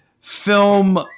film